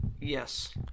yes